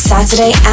Saturday